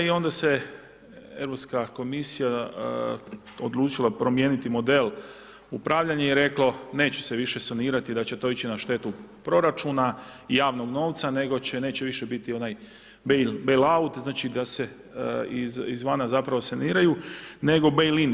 I onda se Europska komisija, odlučila promijeniti model upravljanja i reklo, neće se više sanirati, da će to ići na štetu proračuna i javnog novca, nego će, neće više biti onaj bejl out, znači da se iz vana zapravo saniraju, nego bejl in.